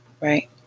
right